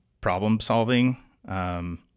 problem-solving